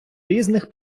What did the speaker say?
різних